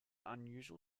unusual